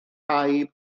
caib